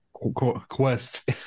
Quest